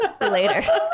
later